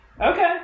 okay